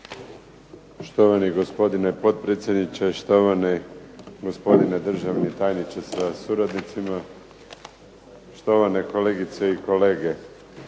Štovani gospodine potpredsjedniče, štovani gospodine državni tajniče sa suradnicima, štovane kolegice i kolege.